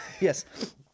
yes